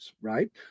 right